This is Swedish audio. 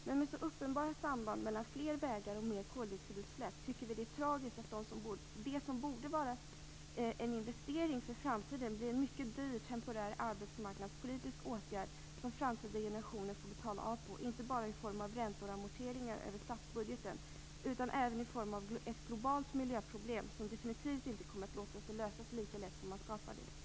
Men med så uppenbara samband mellan fler vägar och mer koldioxidutsläpp tycker vi att det är tragiskt att det som borde vara en investering för framtiden blir en mycket dyr temporär arbetsmarknadspolitisk åtgärd som framtida generationer får betala av på, inte bara i form av räntor och amorteringar över statsbudgeten utan även i form av ett globalt miljöproblem som definitivt inte kommer att låta sig lösas lika lätt som man skapade det.